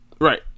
Right